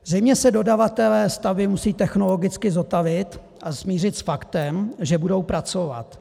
Zřejmě se dodavatelé stavby musí technologicky zotavit a smířit s faktem, že budou pracovat.